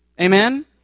Amen